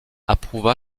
approuva